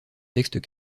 textes